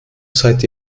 seit